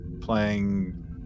playing